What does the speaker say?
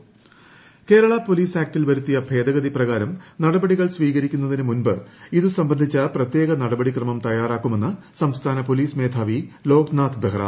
Loknath Behera Kerala police ആക്ടിൽ വരുത്തിയ ഭേദഗതി പ്രകാരം നടപടികൾ സ്വീകരിക്കുന്നതിന് മുമ്പ് ഇതു സംബന്ധിച്ച പ്രത്യേക നടപടിക്രമുട് തയ്യാറാക്കുമെന്ന് സംസ്ഥാന പോലീസ് മേധാവി ലോക്നൂർ്സ് ബെഹ്റ